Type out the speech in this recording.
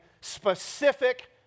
specific